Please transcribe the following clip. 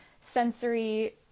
sensory